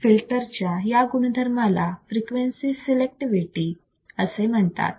फिल्टरच्या या गुणधर्माला फ्रिक्वेन्सी सीलेक्टिव्हिटी असे म्हणतात